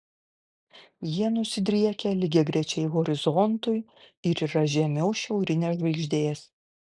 jie nusidriekę lygiagrečiai horizontui ir yra žemiau šiaurinės žvaigždės